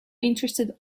interested